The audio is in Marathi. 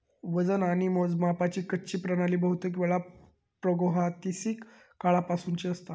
वजन आणि मोजमापाची कच्ची प्रणाली बहुतेकवेळा प्रागैतिहासिक काळापासूनची असता